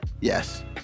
yes